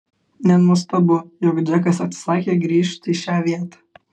nenuostabu jog džekas atsisakė grįžt į šią vietą